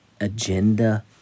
agenda